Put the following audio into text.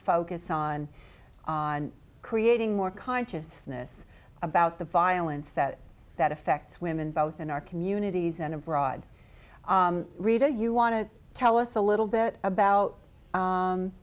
focus on on creating more consciousness about the violence that that affects women both in our communities and abroad reader you want to tell us a little bit about